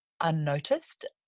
unnoticed